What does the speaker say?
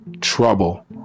trouble